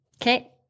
Okay